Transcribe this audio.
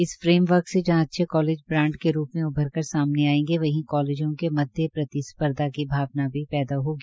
इस फ्रेमवर्क से जहां अच्छे कॉलेज ब्रांड के रूप में उभर कर सामने आएंगे वहीं कॉलेजों के मध्य प्रतिस्पर्धा की भावना भी पैदा होगी